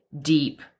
deep